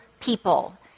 people